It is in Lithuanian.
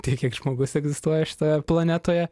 tiek kiek žmogus egzistuoja šitoje planetoje